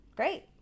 Great